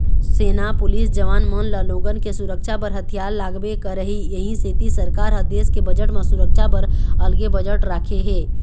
सेना, पुलिस जवान मन ल लोगन के सुरक्छा बर हथियार लागबे करही इहीं सेती सरकार ह देस के बजट म सुरक्छा बर अलगे बजट राखे हे